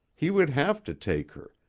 he would have to take her,